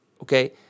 okay